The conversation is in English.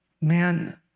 man